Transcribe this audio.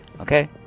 Okay